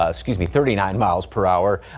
ah excuse me thirty nine miles per hour.